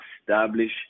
establish